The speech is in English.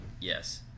Yes